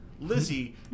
Lizzie